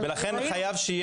לכן חייב שיהיו